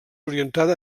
orientada